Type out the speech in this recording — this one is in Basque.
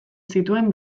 zituen